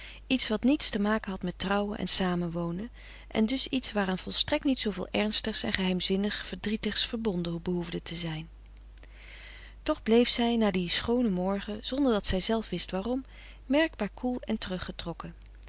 iets wat niets te maken had met trouwen en samen wonen en dus iets waaraan volstrekt niet zooveel ernstigs en geheimzinnig verdrietigs verbonden behoefde te zijn toch bleef zij na dien schoonen morgen zonder dat zij zelf wist waarom merkbaar koel en teruggetrokken